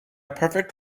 perfect